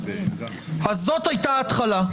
זאת הייתה ההתחלה.